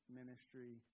ministry